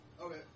Okay